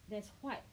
there's white